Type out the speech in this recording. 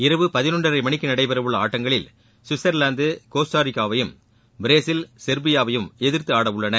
இரவு பதினொன்றரை மணிக்கு நடைபெறவுள்ள ஆட்டங்களில் சுவிட்சர்லாந்து கோஸ்டாரிக்காவையும் பிரேசில் செர்பியாவையும் எதிர்த்து ஆடவுள்ளன